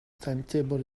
timetable